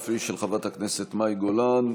אף היא של חברת הכנסת מאי גולן,